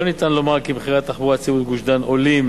לא ניתן לומר כי מחירי התחבורה הציבורית בגוש-דן עולים,